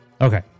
Okay